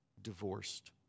divorced